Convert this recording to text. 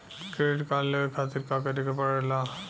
Credit card लेवे खातिर का करे के पड़ेला?